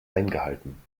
eingehalten